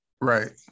Right